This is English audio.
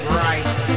right